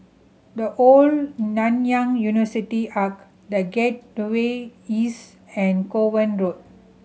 The Old Nanyang University Arch The Gate the way East and Kovan Road